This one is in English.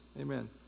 Amen